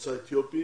ממוצא אתיופי